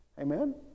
amen